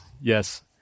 Yes